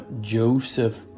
Joseph